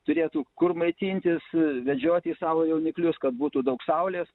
turėtų kur maitintis vedžioti savo jauniklius kad būtų daug saulės